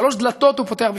שלוש דלתות הוא פותח בפניהם,